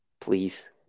please